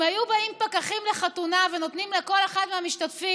אם היו באים פקחים לחתונה ונותנים לכל אחד מהמשתתפים